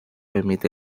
emite